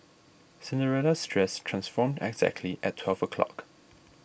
Cinderella's dress transformed exactly at twelve o'clock